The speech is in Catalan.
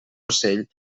ocell